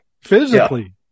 Physically